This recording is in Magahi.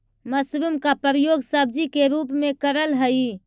मशरूम का प्रयोग सब्जी के रूप में करल हई